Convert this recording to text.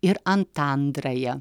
ir antandraja